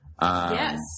Yes